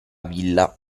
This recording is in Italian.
villa